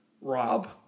Rob